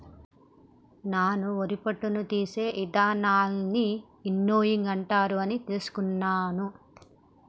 నాను వరి పొట్టును తీసే ఇదానాలన్నీ విన్నోయింగ్ అంటారు అని తెలుసుకున్న